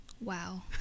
wow